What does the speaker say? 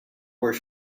where